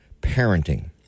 parenting